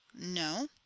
No